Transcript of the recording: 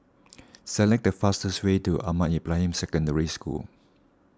select the fastest way to Ahmad Ibrahim Secondary School